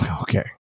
Okay